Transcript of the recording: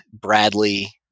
Bradley